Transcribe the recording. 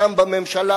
שם בממשלה,